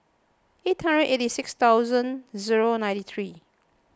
eighty six thousand zero ninety three